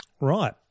Right